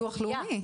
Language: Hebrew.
ביטוח לאומי?